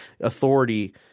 authority